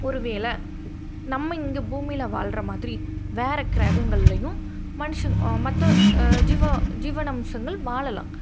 ஒரு வேளை நம்ம இங்கே பூமியில் வாழ்ற மாதிரி வேற கிரகங்கள்லையும் மனுஷன் மற்ற ஜீவ ஜீவானம்சங்கள் வாழலாம்